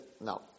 No